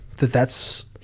that that's, you